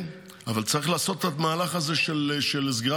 אבל צריך לעשות את המהלך הזה של סגירת